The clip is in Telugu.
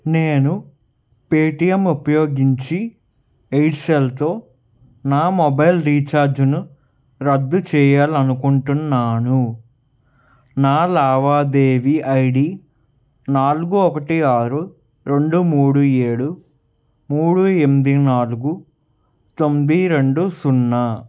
నేను పేటీఎం ఉపయోగించి ఎయిర్సెల్తో నా మొబైల్ రీఛార్జును రద్దు చేయాలనుకుంటున్నాను నా లావాదేవీ ఐడి నలుగు ఒకటి ఆరు రెండు మూడు ఏడు మూడు ఎనిమిది నాలుగు తొమ్మిది రెండు సున్నా